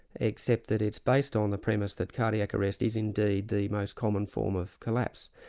except that it's based on the premise that cardiac arrest is indeed the most common form of collapse.